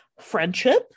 friendship